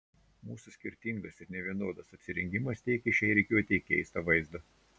mūsų skirtingas ir nevienodas apsirengimas teikė šiai rikiuotei keistą vaizdą